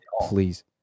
please